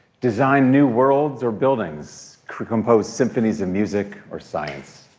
design new worlds or buildings, compose symphony's of music or science,